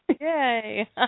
Yay